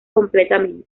completamente